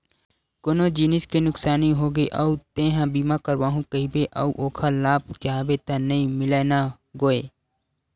कोनो जिनिस के नुकसानी होगे अउ तेंहा बीमा करवाहूँ कहिबे अउ ओखर लाभ चाहबे त नइ मिलय न गोये